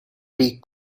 pre